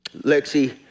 Lexi